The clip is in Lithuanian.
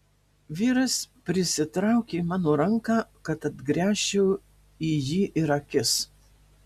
vyras prisitraukė mano ranką kad atgręžčiau į jį ir akis